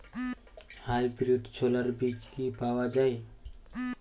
Hybrid ছোলার বীজ কি পাওয়া য়ায়?